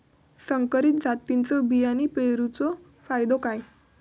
संकरित जातींच्यो बियाणी पेरूचो फायदो काय?